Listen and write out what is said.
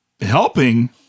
helping